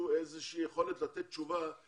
יכולת לתת תשובה,